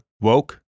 Woke